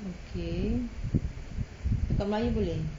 okay cakap melayu boleh